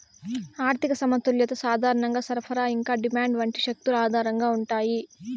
ఆర్థిక సమతుల్యత సాధారణంగా సరఫరా ఇంకా డిమాండ్ వంటి శక్తుల ఆధారంగా ఉంటాయి